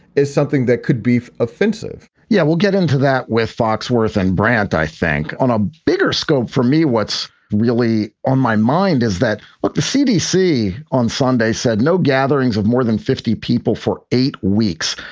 is something that could be offensive yeah, we'll get into that with foxworth and brandt, i think on a bigger scope for me. what's really on my mind is that like the cdc on sunday said no gatherings of more than fifty people for eight weeks.